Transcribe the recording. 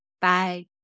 Bye